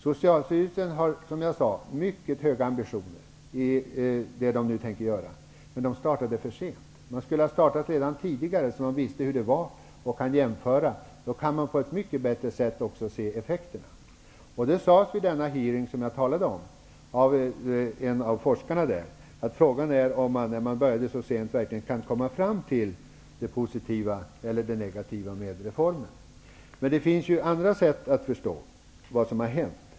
Socialstyrelsen har, som jag sade, mycket höga ambitioner, men man startade för sent. Man skulle ha startat redan tidigare, så att man hade vetat hur det var och hade kunnat göra jämförelser. Då hade man på ett mycket bättre sätt kunnat se effekterna. Vid den utfrågning jag talade om sade en av de inbjudna forskarna att frågan är om man, när man började så sent med utvärderingen, verkligen kan komma fram till vad som är positivt och vad som är negativt i reformen. Det finns trots det andra sätt att förstå vad som har hänt.